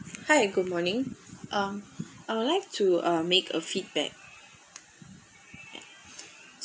hi good morning um I would like to uh make a feedback